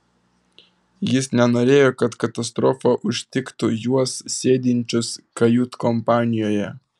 jis nenorėjo kad katastrofa užtiktų juos sėdinčius kajutkompanijoje